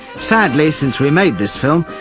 sadly, since we made this film,